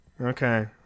Okay